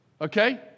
Okay